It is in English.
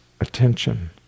attention